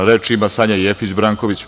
Reč ima Sanja Jefić Branković.